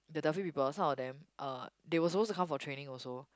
the Delfi people some of them er they were supposed to come for training also